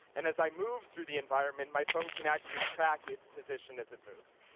and as i move through the environment, my phone can actually track its position as it moves.